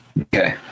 Okay